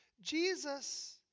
Jesus